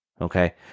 Okay